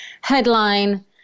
headline